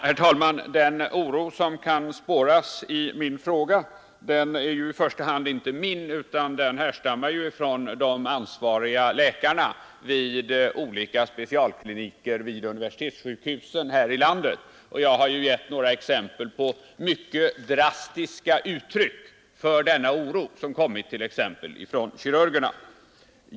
Herr talman! Den oro som kan spåras i min fråga är ju i första hand inte min, utan den härstammar från de ansvariga läkarna vid olika specialkliniker vid universitetssjukhusen. Jag har givit några exempel på mycket drastiska uttryck för denna oro bland kirurgerna.